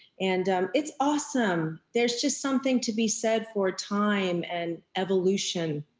and it's awesome. there's just something to be said for time, and evolution,